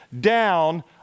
down